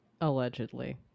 allegedly